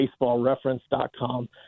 BaseballReference.com